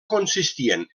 consistien